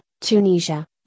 Tunisia